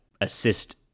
assist